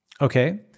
Okay